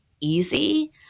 easy